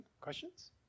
questions